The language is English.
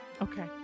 Okay